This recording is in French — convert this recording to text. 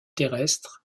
terrestres